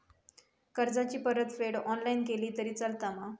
कर्जाची परतफेड ऑनलाइन केली तरी चलता मा?